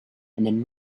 then